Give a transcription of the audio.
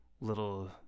little